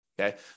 okay